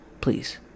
please